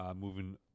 moving